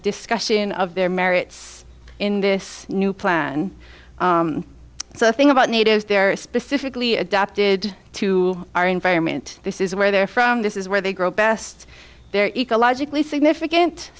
discussion of their merits in this new plan so the thing about natives they're specifically adapted to our environment this is where they're from this is where they grow best they're ecologically significant